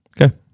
Okay